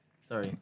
Sorry